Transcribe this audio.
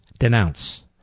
denounce